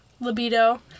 Libido